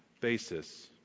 basis